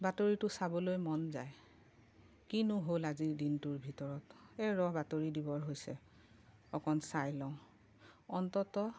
বাতৰিটো চাবলৈ মন যায় কিনো হ'ল আজিৰ দিনটোৰ ভিতৰত এই ৰহ বাতৰি দিবৰ হৈছে অকণ চাই লওঁ অন্ততঃ